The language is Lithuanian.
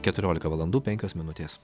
keturiolika valandų penkios minutės